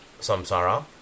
samsara